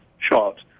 shot